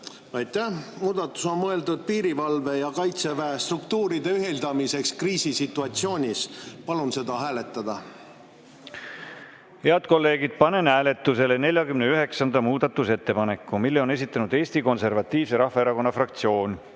Muudatus on mõeldud piirivalve ja kaitseväe struktuuride ühildamiseks kriisisituatsioonis. Palun seda hääletada. Head kolleegid, panen hääletusele 49. muudatusettepaneku. Selle on esitanud Eesti Konservatiivse Rahvaerakonna fraktsioon.